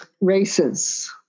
races